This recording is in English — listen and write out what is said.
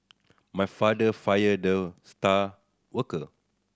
my father fired the star worker